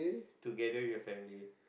together with your family